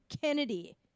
Kennedy